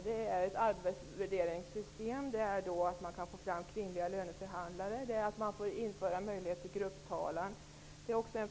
Det handlar om ett arbetsvärderingssystem, kvinnliga löneförhandlare, införande av möjlighet till grupptalan,